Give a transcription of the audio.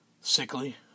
Sickly